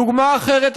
דוגמה אחרת,